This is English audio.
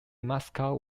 mascot